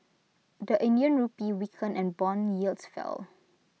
the Indian Rupee weakened and Bond yields fell